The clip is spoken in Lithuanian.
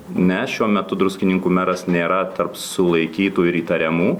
ne šiuo metu druskininkų meras nėra tarp sulaikytų ir įtariamų